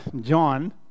John